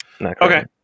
Okay